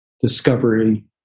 discovery